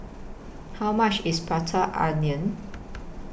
How much IS Prata Onion